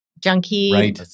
junkie